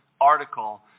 article